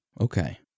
okay